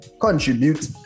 contribute